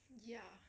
ya